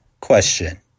question